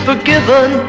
forgiven